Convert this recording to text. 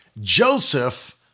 Joseph